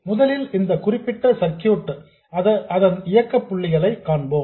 ஆகவே முதலில் இந்த குறிப்பிட்ட சர்க்யூட் களின் இயக்க புள்ளியை பார்ப்போம்